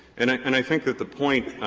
and i and i think that the point,